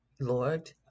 Lord